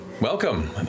welcome